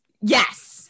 yes